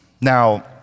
Now